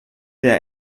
der